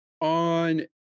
on